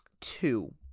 two